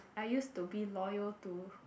I used to be loyal to